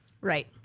Right